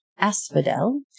asphodel